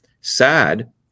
sad